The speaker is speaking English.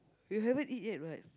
you haven't eat yet what